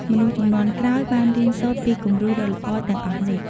មនុស្សជំនាន់ក្រោយបានរៀនសូត្រពីគំរូដ៏ល្អទាំងអស់នេះ។